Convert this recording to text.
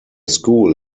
school